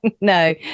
No